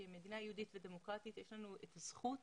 כמדינה יהודית ודמוקרטית יש לנו את הזכות